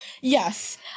Yes